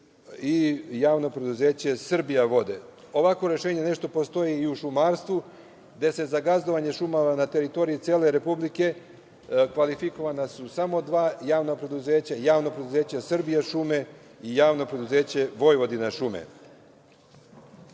i Javno preduzeće „Srbijavode“. Ovakvo rešenje postoji i u šumarstvu, gde su za gazdovanje šumama na teritoriji cele Republike kvalifikovana samo dva javna preduzeća – Javno preduzeće „Srbijašume“ i Javno preduzeće „Vojvodinašume“.Zeleni